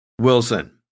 Wilson